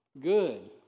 good